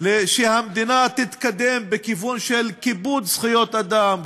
שהמדינה תתקדם בכיוון של כיבוד זכויות אדם,